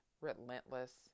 relentless